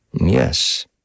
Yes